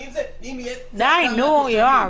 די נו, יואב.